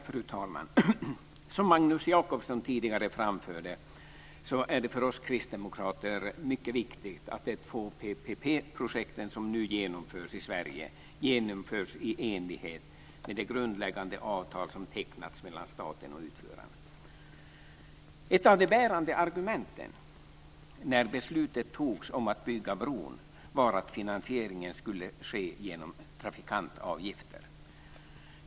Fru talman! Som Magnus Jacobsson tidigare framförde är det för oss kristdemokrater viktigt att de två PPP-projekt som nu genomförs i Sverige genomförs i enlighet med de grundläggande avtal som tecknats mellan staten och utförarna. Ett av de bärande argumenten när beslutet fattades om att bygga bron var att finansieringen skulle ske genom trafikantavgifter.